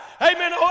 Amen